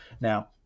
Now